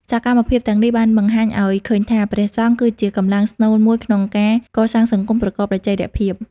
សកម្មភាពទាំងនេះបានបង្ហាញឱ្យឃើញថា ព្រះសង្ឃគឺជាកម្លាំងស្នូលមួយក្នុងការកសាងសង្គមប្រកបដោយចីរភាព។